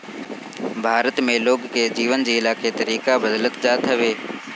भारत में लोग के जीवन जियला के तरीका बदलत जात हवे